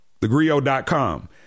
thegrio.com